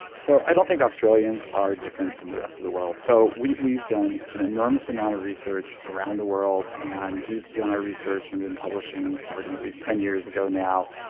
so i don't think australians are different than the rest of the world. so we've we've done an enormous amount of research around the world and we've done our research and been publishing starting at least ten years ago now,